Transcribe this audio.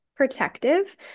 protective